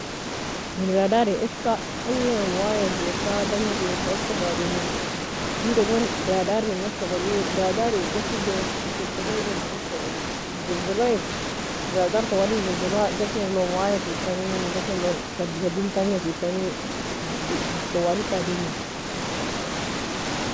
In رادار eska aye waiyafieka tagnafieka eska fa doumi, wida gon رادار minnog shogoli? رادار ghasibane ذبذبة iaginanog shogoli. In ذبذبة رادار twali ذبذبة ghasieon waiyafikani, ghasie lon shabi shabin tagnafikani, dd twali fa doumi.